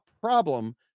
problem